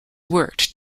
worked